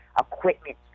equipment